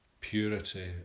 Purity